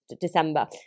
December